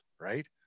right